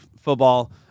football